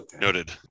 noted